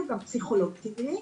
הוא גם פסיכולוג טבעי.